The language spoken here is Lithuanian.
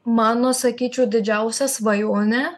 mano sakyčiau didžiausia svajonė